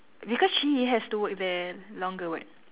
because she has to work there longer [what]